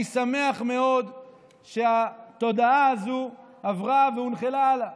אני שמח מאוד שהתודעה הזאת עברה והונחלה הלאה.